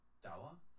Dauer